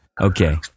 Okay